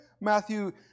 Matthew